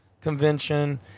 convention